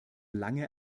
lange